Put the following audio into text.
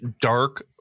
dark